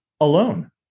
alone